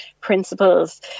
principles